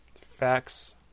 Facts